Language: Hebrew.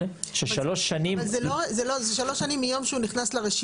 ששלוש שנים --- אבל זה שלוש שנים מיום שהוא נכנס לרשימה.